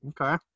Okay